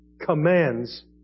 commands